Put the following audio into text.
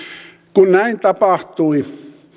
kun näin tapahtui